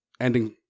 ending